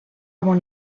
avant